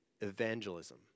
evangelism